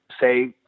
say